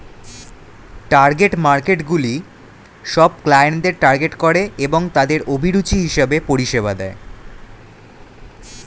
target মার্কেটসগুলি সব ক্লায়েন্টদের টার্গেট করে এবং তাদের অভিরুচি হিসেবে পরিষেবা দেয়